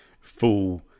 full